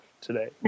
today